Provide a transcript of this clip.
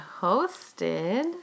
hosted